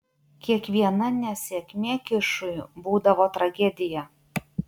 kiekviena nesėkmė kišui būdavo tragedija